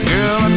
Girl